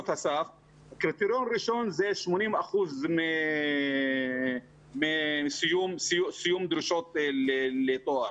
קריטריון ראשון הוא 80 אחוזים מסיום דרישות לתואר.